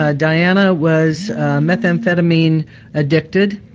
ah diana was methamphetamine addicted.